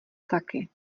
taky